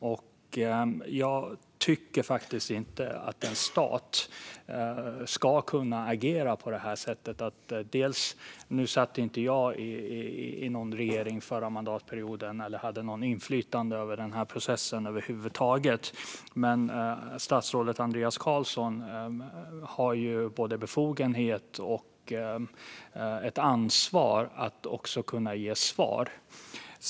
Jag tycker faktiskt inte att en stat ska kunna agera på det här sättet. Jag satt inte i någon regering under den förra mandatperioden och hade över huvud taget inte något inflytande över denna process, men statsrådet Andreas Carlson har ju både befogenhet och ett ansvar att kunna ge svar.